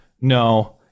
no